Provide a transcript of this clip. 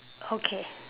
okay